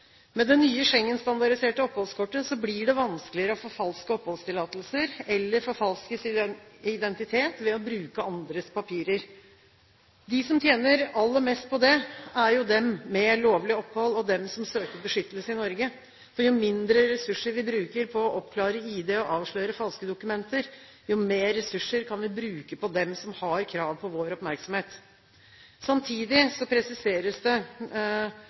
Med det nye Schengen-standardiserte oppholdskortet blir det vanskeligere å forfalske oppholdstillatelser eller forfalske sin identitet ved å bruke andres papirer. De som tjener aller mest på det, er jo de med lovlig opphold og de som søker beskyttelse i Norge. Jo mindre ressurser vi bruker på å oppklare ID og avsløre falske dokumenter, jo mer ressurser kan vi bruke på dem som har krav på vår oppmerksomhet. Samtidig presiseres det